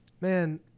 Man